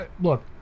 look